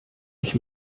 ich